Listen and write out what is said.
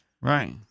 Right